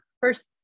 first